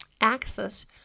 access